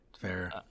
fair